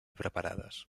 preparades